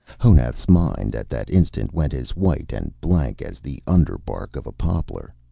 honath's mind at that instant went as white and blank as the under-bark of a poplar.